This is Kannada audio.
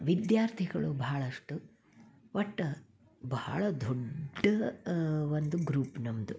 ವಿದ್ಯಾರ್ಥಿಗಳು ಬಹಳಷ್ಟು ಒಟ್ಟು ಬಹಳ ದೊಡ್ದು ಒಂದು ಗ್ರೂಪ್ ನಮ್ಮದು